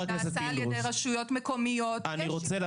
מימון תשתיות נעשה על ידי רשויות מקומיות.